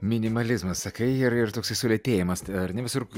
minimalizmas sakai ir ir toksai sulėtėjimas tai ar ne visur